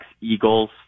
Eagles